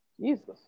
Jesus